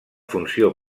funció